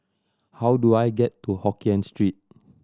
how do I get to Hokkien Street